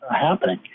happening